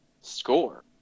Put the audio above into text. score